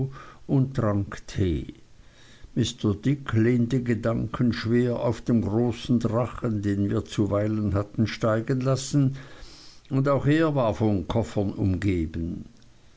und trank tee mr dick lehnte gedankenschwer auf dem großen drachen den wir zuweilen hatten steigen lassen und auch er war von koffern umgeben